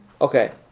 Okay